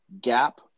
gap